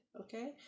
okay